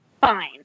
fine